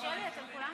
השרה, סתם את